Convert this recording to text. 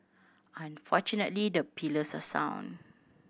and fortunately the pillars are sound